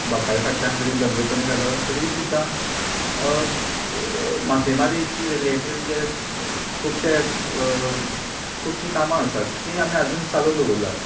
बापाय फाटल्यान जरी धंदो कमी जालो तरी सुद्दां मासे मारीचे रिलेटेड जे खूबशें खूबशी कामां आसात ती आमी आजुन चालू दवरल्यात